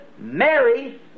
Mary